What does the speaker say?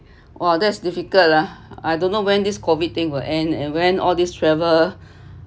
!wah! that's difficult lah I don't know when this COVID thing will end and when all these travel